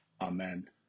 Amen